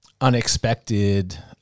unexpected